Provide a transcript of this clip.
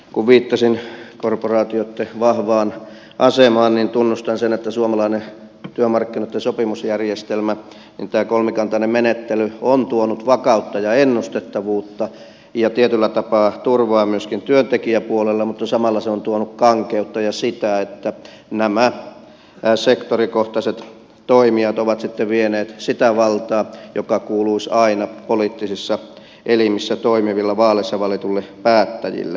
kun viittasin korporaatioitten vahvaan asemaan niin tunnustan sen että suomalainen työmarkkinoitten sopimusjärjestelmä tämä kolmikantainen menettely on tuonut vakautta ja ennustettavuutta ja tietyllä tapaa turvaa myöskin työntekijäpuolelle mutta samalla se on tuonut kankeutta ja sitä että sektorikohtaiset toimijat ovat sitten vieneet sitä valtaa joka kuuluisi aina poliittisissa elimissä toimiville vaaleissa valituille päättäjille